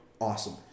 Awesome